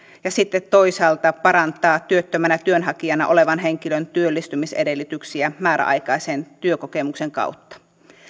ja sitten toisaalta parantaa työttömänä työnhakijana olevan henkilön työllistymisedellytyksiä määräaikaisen työkokemuksen kautta